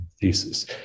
thesis